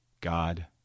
God